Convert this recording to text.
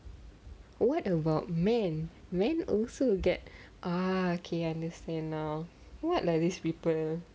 what about man man also will get ah okay I understand now what lah these people